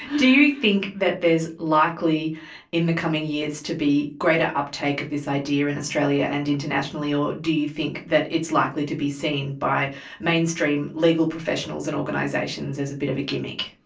do you think that there is likely in the coming years to be greater uptake of this idea in australia and internationally, or do you think that it's likely to be seen by mainstream legal professionals and organisations as a bit of a gimmick?